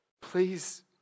Please